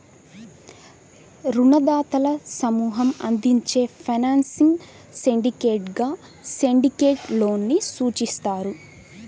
రుణదాతల సమూహం అందించే ఫైనాన్సింగ్ సిండికేట్గా సిండికేట్ లోన్ ని సూచిస్తారు